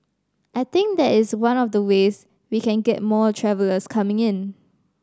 I think that is one of the ways we can get more travellers coming in